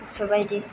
गोसो बाइदि